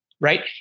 right